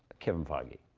kevin feige.